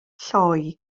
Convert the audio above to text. lloi